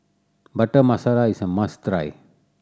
Butter Masala is a must try